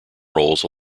roles